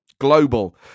Global